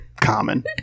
Common